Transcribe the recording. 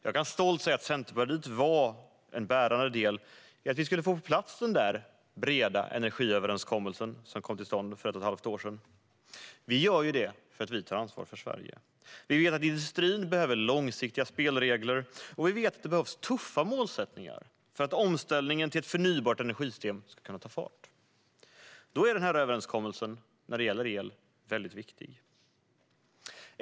Jag kan stolt säga att Centerpartiet var en bärande del i att vi fick den breda energiöverenskommelsen som kom till stånd för ett och ett halvt år sedan på plats. Vi gör det här för att vi tar ansvar för Sverige. Vi vet att industrin behöver långsiktiga spelregler, och vi vet att det behövs tuffa målsättningar för att omställningen till ett förnybart energisystem ska kunna ta fart. Då är den här överenskommelsen när det gäller el väldigt viktig.